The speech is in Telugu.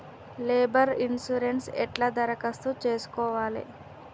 లేబర్ ఇన్సూరెన్సు ఎట్ల దరఖాస్తు చేసుకోవాలే?